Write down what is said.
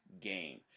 game